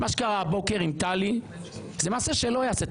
מה שקרה הבוקר עם טלי זה מעשה שלא ייעשה.